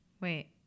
Wait